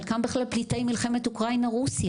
חלקם בכלל פליטי מלחמת אוקרינה רוסיה.